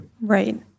Right